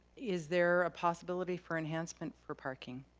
is there a possibility for enhancement for parking?